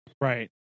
Right